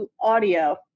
audio